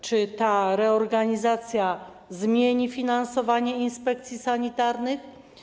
Czy ta reorganizacja zmieni finansowanie inspekcji sanitarnych?